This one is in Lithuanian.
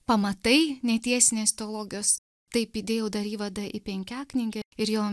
pamatai netiesinės teologijos taip įdėjau dar įvadą į penkiaknygę ir jo